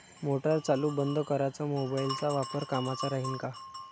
Motor चालू बंद कराच मोबाईलचा वापर कामाचा राहीन का?